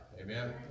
amen